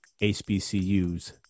HBCUs